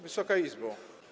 Wysoka Izbo!